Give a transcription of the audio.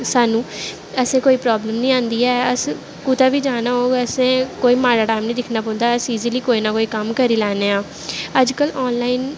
सानूं असें कोई प्राब्लम निं आंदी ऐ असें कुतै बी जाना होग असें कोई माड़ा टैम नी दिक्खना पौंदा अस ईजली कोई निं कोई कम्म करी लैन्ने आं अज्ज कल आनलाइन